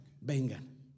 Vengan